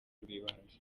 rw’ibanze